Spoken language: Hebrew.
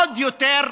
עוד יותר,